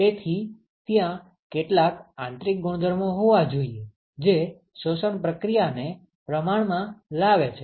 તેથી ત્યાં કેટલાક આંતરિક ગુણધર્મો હોવા જોઈએ જે શોષણ પ્રક્રિયાને પ્રમાણમાં લાવે છે